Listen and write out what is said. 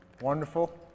wonderful